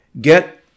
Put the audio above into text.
Get